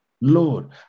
Lord